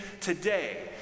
today